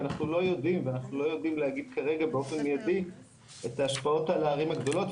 ואנחנו לא יודעים להגיד כרגע באופן מיידי את ההשפעות על הערים הגדולות.